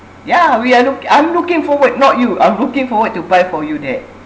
yeah we are look I'm looking forward not you I'm looking forward to buy for you that